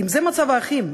ואם זה מצב האחים,